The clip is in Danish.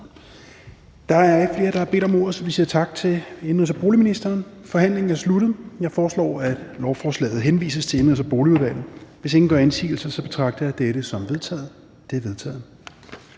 Da der ikke er flere, der har bedt om ordet, er forhandlingen sluttet. Jeg foreslår, at lovforslaget henvises til Indenrigs- og Boligudvalget. Hvis ingen gør indsigelse, betragter jeg dette som vedtaget. Det er vedtaget.